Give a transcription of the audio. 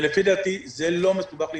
לפי דעתי לא מסובך להתארגן.